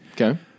Okay